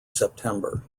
september